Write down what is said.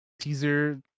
teaser